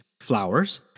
flowers